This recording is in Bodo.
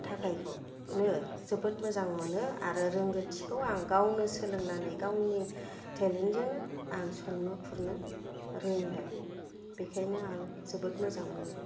थाखायनो जोबोद मोजां मोनो आरो रोंगौथिखौ आं गावनो सोलोंनानै गावनि टेलेन्टजोंनो आं संनो खुरनो रोंबाय बेखायनो आं जोबोद मोजां मोनो